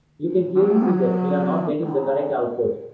you can clearly see that we are not getting the correct output.